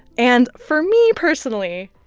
and for me, personally,